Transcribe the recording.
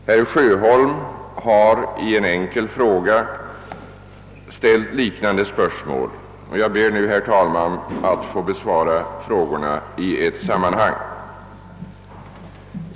Herr Sjöholm har i en enkel fråga ställt liknande spörsmål. Jag ber att få besvara frågorna i ett sammanhang.